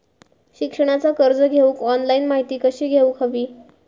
शिक्षणाचा कर्ज घेऊक ऑनलाइन माहिती कशी घेऊक हवी?